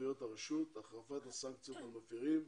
סמכויות הרשות, החרפת הסנקציות על מפרים,